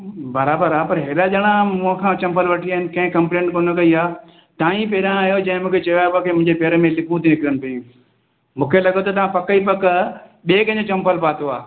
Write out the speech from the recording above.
बराबरि आहे पर हेॾा ॼणा मूंखा चंपल वठी विया आहिनि कंहिं कंपलेंट कोन कई आहे तव्हां ई पहिरां आहियो जंहिं मूंखे चयो आहे कि मुंहिंजे पेर में लिपियूं थी अचनि पइयूं मूंखे लॻे थो तव्हां पक ई पक ॿिए कंहिंजो चंपल पातो आहे